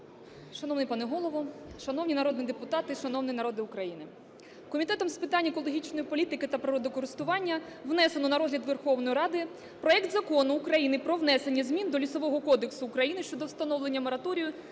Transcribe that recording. Шановний пане Голово, шановні народні депутати, шановний народе України! Комітетом з питань екологічної політики та природокористування внесено на розгляд Верховної Ради проект Закону України про внесення змін до Лісового кодексу України щодо встановлення мораторію